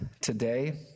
today